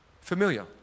Familiar